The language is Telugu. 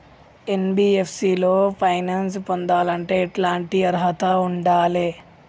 ఎన్.బి.ఎఫ్.సి లో ఫైనాన్స్ పొందాలంటే ఎట్లాంటి అర్హత ఉండాలే?